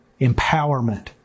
empowerment